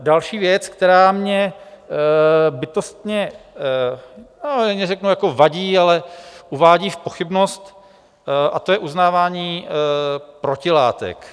Další věc, která mě bytostně... neřeknu jako vadí, ale uvádí v pochybnost, a to je uznávání protilátek.